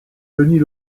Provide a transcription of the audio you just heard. denis